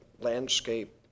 landscape